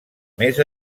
més